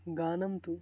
गानं तु